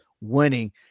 winning